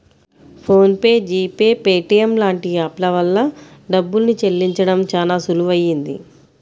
phone pay, GPay, Paytm లాంటి app ల వల్ల డబ్బుల్ని చెల్లించడం చానా సులువయ్యింది